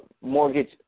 mortgage